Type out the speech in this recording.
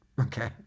okay